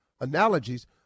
analogies